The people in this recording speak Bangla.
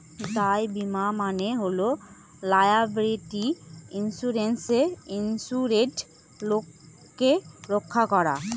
দায় বীমা মানে হল লায়াবিলিটি ইন্সুরেন্সে ইন্সুরেড লোককে রক্ষা করা